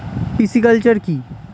Pisciculture কি?